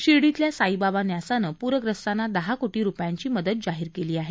शिर्डीतल्या साईबाबा न्यासानं पूरग्रस्तांना दहा कोटी रुपयांची मदत जाहीर केली आहे